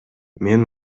мен